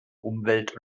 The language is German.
umwelt